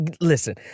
listen